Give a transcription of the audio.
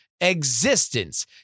Existence